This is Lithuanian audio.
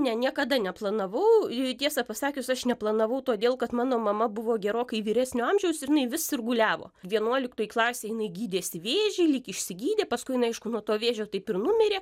ne niekada neplanavau i tiesą pasakius aš neplanavau todėl kad mano mama buvo gerokai vyresnio amžiaus ir jinai vis sirguliavo vienuoliktoje klasėje jinai gydėsi vėžį lyg išsigydė paskui jinai aišku nuo to vėžio taip ir numirė